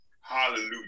Hallelujah